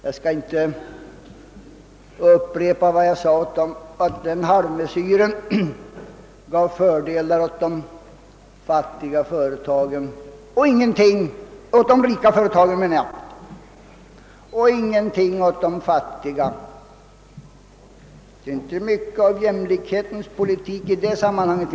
Jag skall inte upprepa vad jag sade om att den halvmesyren gav fördelar åt de rika företagen, men ingenting åt de fattiga. Det är inte mycket av jämlikhetens politik i det sammanhanget!